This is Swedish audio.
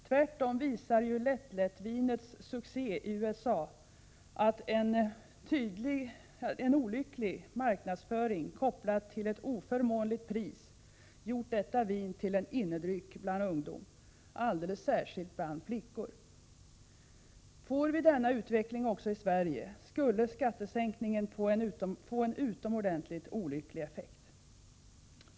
Tvärtom visar ju lättlättvinets succé i USA, att en olycklig marknadsföring kopplad till ett förmånligt pris gjort detta vin till en ”innedryck” bland ungdom, alldeles särskilt bland flickor. Får vi denna utveckling också i Sverige, skulle skattesänkningen få en utomordentligt olycklig effekt.